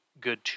good